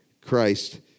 Christ